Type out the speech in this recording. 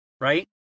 right